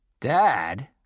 Dad